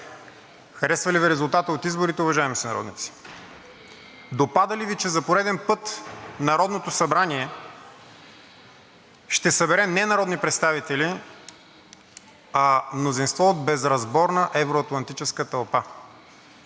Харесва ли Ви резултатът от изборите, уважаеми сънародници? Допада ли Ви, че за пореден път Народното събрание ще събере не народни представители, а мнозинство от безразборна евро-атлантическа тълпа?